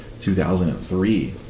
2003